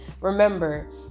Remember